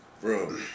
bro